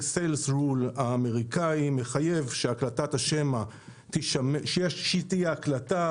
האמריקני מחייב שתהיה הקלטה,